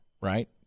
right